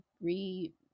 re